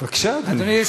בבקשה, אדוני.